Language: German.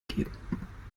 geben